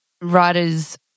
writers